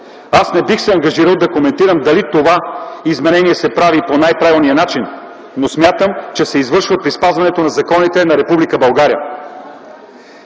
Аз не бих се ангажирал да коментирам дали това изменение се прави по най-правилния начин, но смятам, че се извършва при спазването на законите на